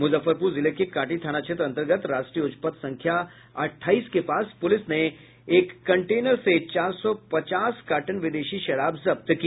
मुजफ्फरपुर जिले के कांटी थाना क्षेत्र अंतर्गत राष्ट्रीय उच्च पथ संख्या अठाईस के पास पुलिस ने एक कंटेनर से चार सौ पचास कार्टन विदेशी शराब जब्त की